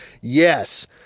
Yes